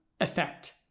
effect